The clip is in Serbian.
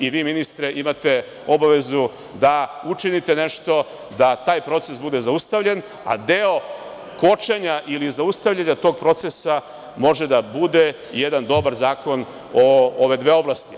Ministre, imate obavezu da učinite nešto da taj proces bude zaustavljen, a deo kočenja ili zaustavljanja tog procesa može da bude jedan dobar zakon o ove dve oblasti.